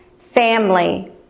family